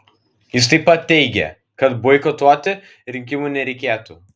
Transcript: jis taip pat teigė kad boikotuoti rinkimų nereikėtų